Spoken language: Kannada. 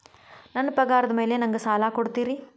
ನನ್ನ ಪಗಾರದ್ ಮೇಲೆ ನಂಗ ಸಾಲ ಕೊಡ್ತೇರಿ?